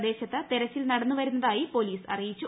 പ്രദേശത്ത് തെരച്ചിൽ നടന്നുവരുന്നതായി പൊലീസ് അറിയിച്ചു